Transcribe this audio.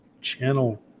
channel